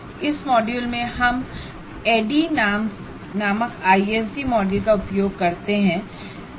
इस मॉड्यूल में हम एडीडीआईई नामक आई एस डी मॉडल का उपयोग करते हैं